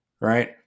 right